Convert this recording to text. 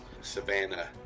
Savannah